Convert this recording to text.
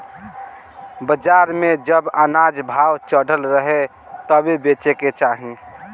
बाजार में जब अनाज भाव चढ़ल रहे तबे बेचे के चाही